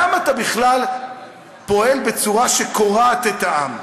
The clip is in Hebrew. למה אתה בכלל פועל בצורה שקורעת את העם?